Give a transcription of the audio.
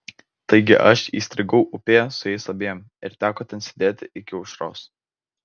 taigi aš įstrigau upėje su jais abiem ir teko ten sėdėti iki aušros